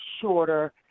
shorter